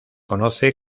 conoce